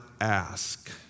ask